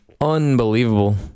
unbelievable